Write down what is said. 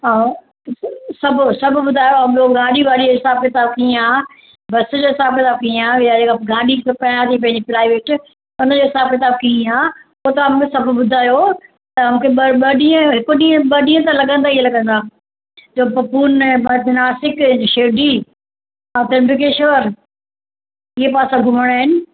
ऐं सभु सभु ॿुधायो ॿियो गाॾी वाॾीअ जो हिसाबु किताबु कीअं आहे बसु जे हिसाबु सां कीअं आहे ॻाडी कयां थी पंहिंजी प्राईवेट हुन जे हिसाबु सां कीअं आहे पोइ तव्हां मूंखे सभु ॿुधायो त मूंखे ॿ ॿ ॾींहं हिकु ॾींहुं ॿ ॾींहं त लॻंदा ई लॻंदा त पोइ पुने नासिक शिरडी त्रिभकेश्वर इहे पासा घुमणा आहिनि